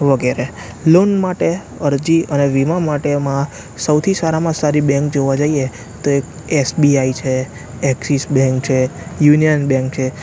વગેરે લોન માટે અરજી અને વીમા માટે એમાં સૌથી સારામાં સારી બેન્ક જોવા જઈએ તો એક એસબીઆઈ છે એક્સિસ બેન્ક છે યુનિયન બેન્ક છે